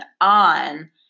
on